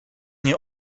nie